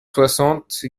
soixante